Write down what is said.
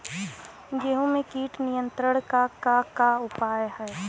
गेहूँ में कीट नियंत्रण क का का उपाय ह?